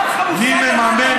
מי מממן